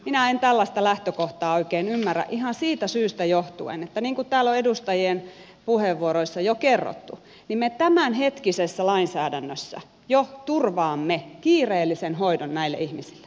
minä en tällaista lähtökohtaa oikein ymmärrä ihan siitä syystä johtuen että niin kuin täällä on edustajien puheenvuoroissa jo kerrottu niin me tämänhetkisessä lainsäädännössä jo turvaamme kiireellisen hoidon näille ihmis